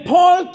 Paul